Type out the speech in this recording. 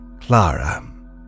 Clara